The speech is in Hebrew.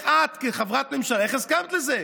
את, כחברת ממשלה, איך הסכמת לזה?